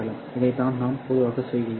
இதைத்தான் நாம் பொதுவாக செய்கிறோம்